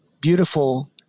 beautiful